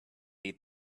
eat